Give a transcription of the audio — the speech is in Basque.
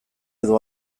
edo